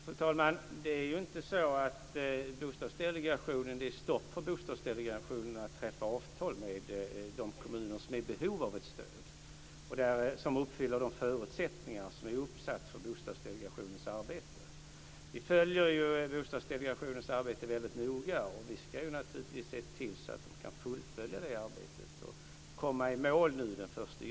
Fru talman! Det är ju inte så att det är stopp för Bostadsdelegationen att träffa avtal med de kommuner som är i behov av stöd och som uppfyller de förutsättningar som är uppsatta för Bostadsdelegationens arbete. Vi följer Bostadsdelegationens arbete väldigt noga. Vi ska naturligtvis se till att de kan fullfölja detta arbete och komma i mål nu den 1 juli.